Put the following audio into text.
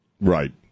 Right